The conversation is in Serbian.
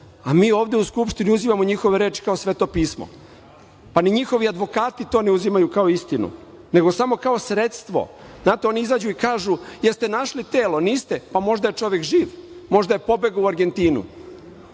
a mi ovde u Skupštini uzimamo njihove reči kao Sveto pismo. Pa, ni njihovi advokati to ne uzimaju kao istinu, nego samo kao sredstvo. Znate, oni izađu i kažu – jeste li našli telo? Niste, a možda je čovek živ, možda je pobegao u Argentinu. Pazite,